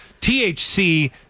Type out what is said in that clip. THC